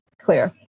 clear